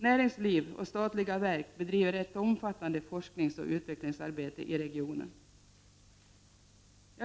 Näringsliv och statliga verk bedriver ett omfattande forskningsoch utvecklingsarbete i regionen.